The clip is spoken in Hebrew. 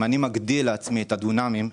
אם אני מגדיל לעצמי את הדונמים,